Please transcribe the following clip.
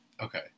Okay